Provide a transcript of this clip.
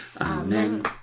Amen